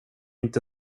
inte